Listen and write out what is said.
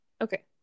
Okay